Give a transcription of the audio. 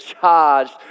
charged